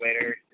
later